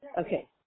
Okay